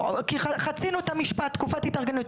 חצינו את המשפט האומר תקופת התארגנות.